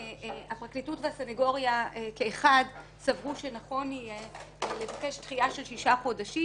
הפרקליטות והסניגוריה כאחד סברו שנכון יהיה לבקש דחייה של שישה חודשים